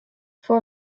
for